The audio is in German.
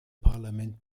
parlament